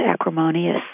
acrimonious